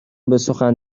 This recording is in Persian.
بسخن